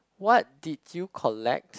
what did you collect